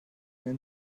den